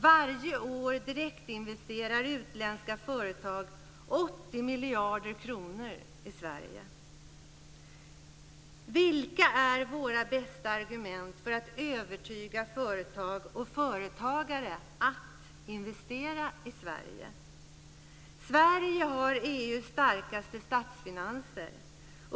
Varje år direktinvesterar utländska företag Vilka är våra bästa argument för att övertyga företag och företagare att investera i Sverige? Sverige har EU:s starkaste statsfinanser.